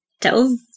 tells